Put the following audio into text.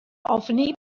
ofni